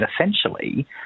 essentially